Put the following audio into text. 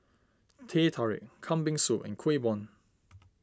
Teh Tarik Kambing Soup and Kuih Bom